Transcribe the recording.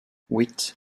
wheat